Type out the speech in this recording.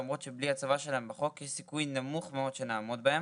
למרות שבלי הצבה שלהם בחוק יש סיכוי נמוך מאוד שנעמוד בהם,